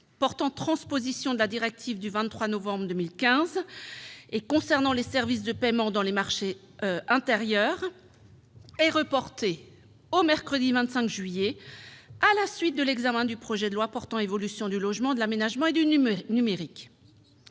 Parlement européen et du Conseil du 25 novembre 2015 concernant les services de paiement dans le marché intérieur est reporté au mercredi 25 juillet à la suite de l'examen du projet de loi portant évolution du logement, de l'aménagement et du numérique.